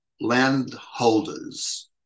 landholders